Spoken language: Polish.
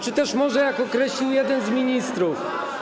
czy też może, jak określił jeden z ministrów.